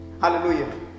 Hallelujah